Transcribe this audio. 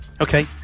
Okay